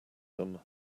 them